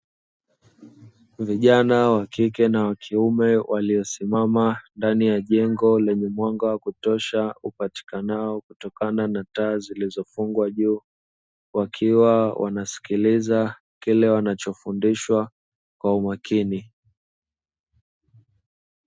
Vijana wakike na wakiume waliosimama ndani ya jengo lenye mwanga wa kutosha, upatikanao kutokana na taa zilizofungwa juu; wakiwa wanasikiliza kile wanachofundishwa kwa umakini.